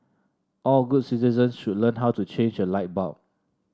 all good citizens should learn how to change a light bulb